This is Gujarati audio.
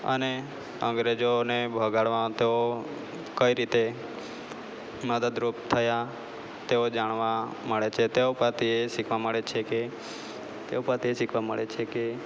અને અંગ્રેજોને ભગાડવામાં તેઓ કઈ રીતે મદદરૂપ થયા તેઓ જાણવા મળે છે તે ઉપરથી એ શીખવા મળે છેકે તે ઉપરથી એ શીખવા મળે છેકે